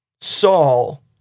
Saul